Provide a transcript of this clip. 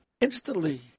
instantly